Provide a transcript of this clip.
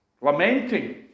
lamenting